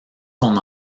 son